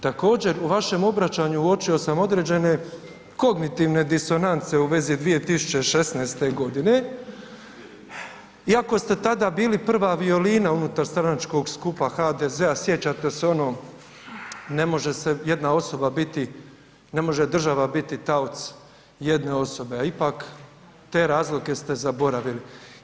Također u vašem obraćanju uočio sam određene kognitivne disonance u vezi 2016. godine iako ste tada bili prva violina unutar stranačkog skupa HDZ-a, sjećate se ono ne može jedna osoba biti, ne može država biti taoc jedne osobe, a ipak te razlike ste zaboravili.